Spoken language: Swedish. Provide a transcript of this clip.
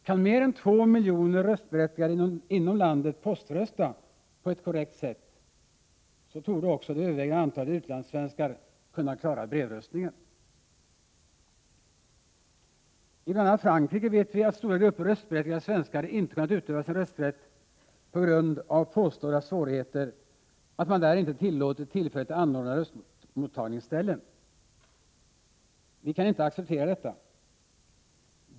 Kan mer än två miljoner röstberättigade inom landet poströsta på ett korrekt sätt, torde också det övervägande antalet utlandssvenskar kunna klara brevröstningen. I bl.a. Frankrike har stora grupper röstberättigade svenskar inte kunnat utöva sin rösträtt på grund av påstådda svårigheter genom att man där inte tillåter tillfälligt anordnade röstmottagningsställen. Vi moderater kan inte acceptera detta.